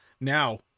Now